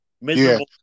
Miserable